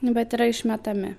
bet yra išmetami